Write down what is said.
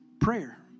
Prayer